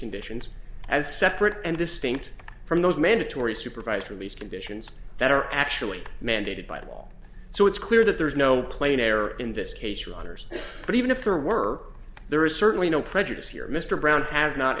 conditions as separate and distinct from those mandatory supervised release conditions that are actually mandated by the law so it's clear that there is no plain error in this case runners but even if there were there is certainly no prejudice here mr brown has not